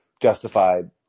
justified